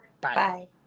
bye